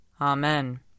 Amen